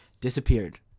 disappeared